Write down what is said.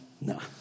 no